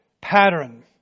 pattern